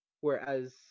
whereas